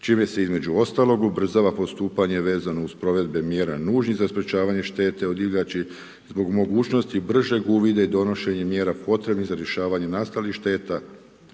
čime se između ostalog ubrzava postupanje vezanih uz provedbe mjere nužnih za sprječavanje štete od divljači, zbog mogućnosti bržeg uvida i donošenjem mjera potrebnih za rješavanje nastalih šteta